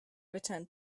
returned